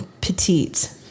petite